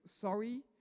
sorry